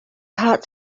part